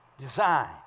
design